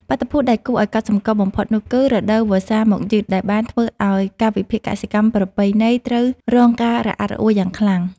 បាតុភូតដែលគួរឱ្យកត់សម្គាល់បំផុតនោះគឺ រដូវវស្សាមកយឺត ដែលបានធ្វើឱ្យកាលវិភាគកសិកម្មប្រពៃណីត្រូវរងការរអាក់រអួលយ៉ាងខ្លាំង។